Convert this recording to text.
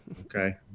okay